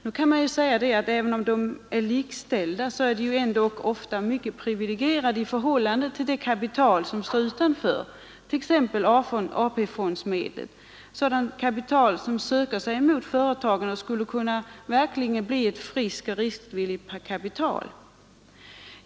Men även om aktieägarna är likställda, är de ofta mycket privilegierade i förhållande till det kapital som står utanför, t.ex. AP-fondsmedel, sådant kapital som söker sig mot företagen och verkligen skulle kunna bli ett friskt och riskvilligt kapital.